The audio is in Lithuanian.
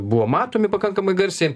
buvo matomi pakankamai garsiai